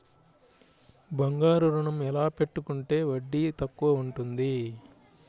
బంగారు ఋణం ఎలా పెట్టుకుంటే వడ్డీ తక్కువ ఉంటుంది?